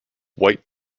white